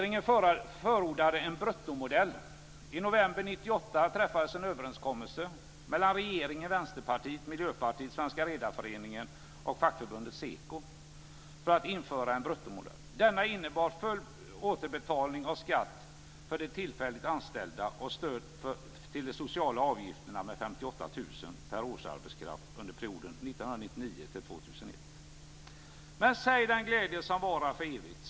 I november 1998 träffades en överenskommelse mellan regeringen, Vänsterpartiet, Miljöpartiet, Sveriges redareförening och fackförbundet SEKO om att införa en bruttomodell. Denna innebar full återbetalning av skatt för de tillfälligt anställda och stöd till de sociala avgifterna med 58 000 per årsarbetskraft under perioden 1999-2001. Men säg den glädje som varar för evigt!